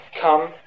Come